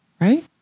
right